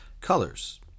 colors